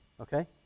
Okay